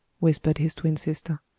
whispered his twin sister.